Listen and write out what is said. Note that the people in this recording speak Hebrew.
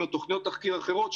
מתכניות תחקיר אחרות,